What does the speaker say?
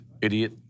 idiot